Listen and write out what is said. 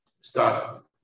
start